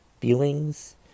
feelings